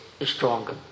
stronger